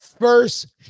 first